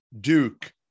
Duke